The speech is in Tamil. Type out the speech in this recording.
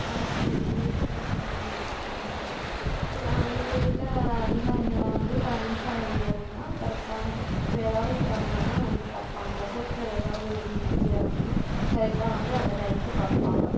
அரசாங்க அதிகாரி எப்படி சரி பண்ண உங்களுக்கு சரியான உதவி நான் இங்கே இருக்கிற அதிகாரிங்களை வந்து க மின்சாரம் அதிகாரிங்கள்லாம் கரெக்டான இப்போ ஏதாவது ப்ராப்லம்னால் வந்து பார்ப்பாங்க போஸ்டர் ஏதாவது இடிஞ்சிடுச்சு அப்படின்னா கரெக்டாக வந்து அந்த டைம்க்கு பார்ப்பாங்க